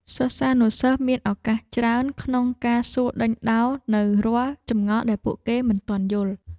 សិស្សានុសិស្សមានឱកាសច្រើនក្នុងការសួរដេញដោលនូវរាល់ចម្ងល់ដែលពួកគេមិនទាន់យល់។